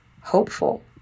hopeful